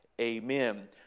Amen